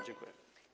Dziękuję.